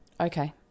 Okay